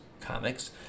comics